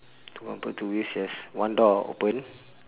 two bumper two wheels yes one door open